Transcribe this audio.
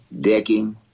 decking